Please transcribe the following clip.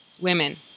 women